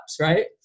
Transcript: right